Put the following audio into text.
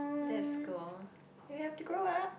that's you have to grow up